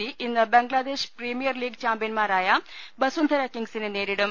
C ഇന്ന് Bangladesh premier league ചാംപ്യൻമാരായ ബസുന്ധര കിംഗ്സിനെ നേരിടും